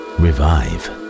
revive